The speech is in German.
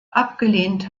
abgelehnt